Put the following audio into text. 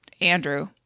andrew